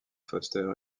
foster